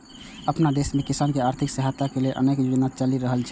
अपना देश मे किसान कें आर्थिक सहायता दै लेल अनेक योजना चलि रहल छै